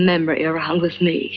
memory around with me